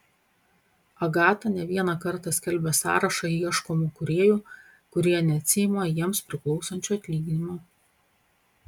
agata ne vieną kartą skelbė sąrašą ieškomų kūrėjų kurie neatsiima jiems priklausančio atlyginimo